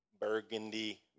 Burgundy